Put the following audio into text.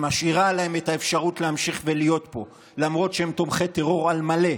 שמשאירה להם את האפשרות להמשיך ולהיות פה למרות שהם תומכי טרור על מלא,